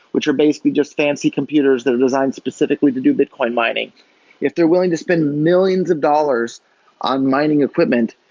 which are basically just fancy computers that are designed specifically to do bitcoin mining if they're willing to spend millions of dollars on mining equipment,